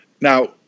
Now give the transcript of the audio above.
Now